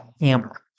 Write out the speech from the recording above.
hammer